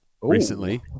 recently